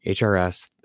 HRS